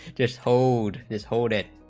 this hold this hold it